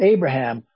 Abraham